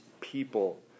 people